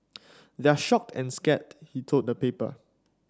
they're shocked and scared he told the paper